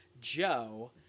Joe